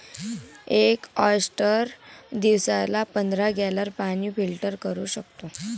एक ऑयस्टर दिवसाला पंधरा गॅलन पाणी फिल्टर करू शकतो